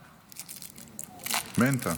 מנטה.